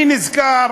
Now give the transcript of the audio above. אני נזכר